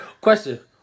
Question